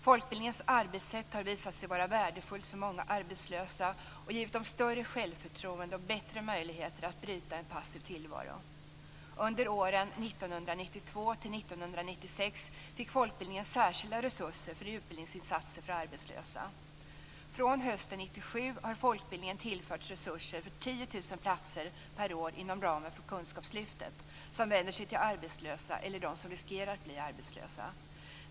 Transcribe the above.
Folkbildningens arbetssätt har visat sig vara värdefullt för många arbetslösa och har gett dem större självförtroende och bättre möjligheter att bryta en passiv tillvaro. Under åren 1992-1996 fick folkbildningen särskilda resurser för utbildningsinsatser för arbetslösa. Från hösten platser per år inom ramen för kunskapslyftet, som vänder sig till arbetslösa eller dem som riskerar att bli arbetslösa.